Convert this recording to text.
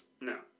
No